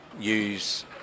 use